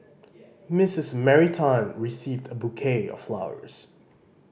Missus Mary Tan received a bouquet of flowers